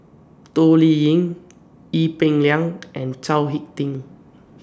Toh Liying Ee Peng Liang and Chao Hick Tin